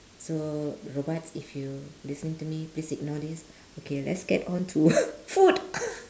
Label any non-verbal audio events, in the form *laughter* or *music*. so robot if you listening to me please ignore this okay let's get on to *laughs* food *coughs*